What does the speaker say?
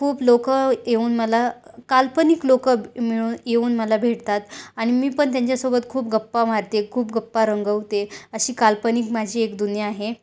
खूप लोकं येऊन मला काल्पनिक लोकं मिळून येऊन मला भेटतात आणि मी पण त्यांच्यासोबत खूप गप्पा मारते खूप गप्पा रंगवते अशी काल्पनिक माझी एक दुनिया आहे